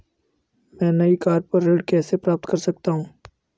मैं नई कार पर ऋण कैसे प्राप्त कर सकता हूँ?